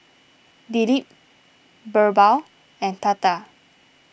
Dilip Birbal and Tata